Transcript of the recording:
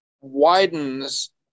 widens